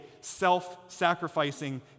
self-sacrificing